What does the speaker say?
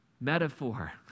Metaphor